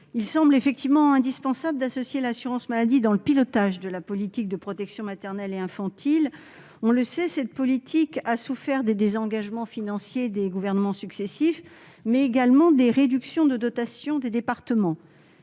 Il semble effectivement indispensable d'associer l'assurance maladie au pilotage de la politique de protection maternelle et infantile. On le sait, cette politique a non seulement souffert des désengagements financiers des gouvernements successifs, mais également des réductions de dotation des départements.